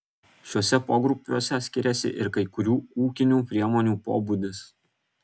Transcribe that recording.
šiuose pogrupiuose skiriasi ir kai kurių ūkinių priemonių pobūdis